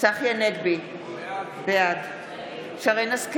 צחי הנגבי, בעד שרן מרים השכל,